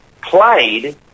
Played